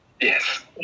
Yes